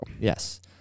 Yes